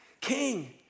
King